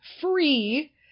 Free